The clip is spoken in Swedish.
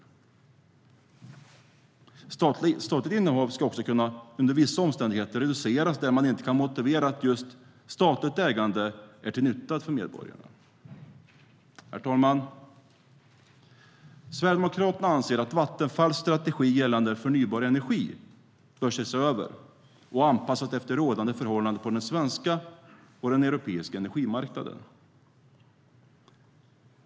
Statligt innehav ska under vissa omständigheter kunna reduceras där man inte kan motivera att just statligt ägande är till nytta för medborgarna. Herr talman! Sverigedemokraterna anser att Vattenfalls strategi gällande förnybar energi bör ses över och anpassas efter rådande förhållanden på den svenska och den europeiska energimarknaden.